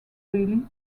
really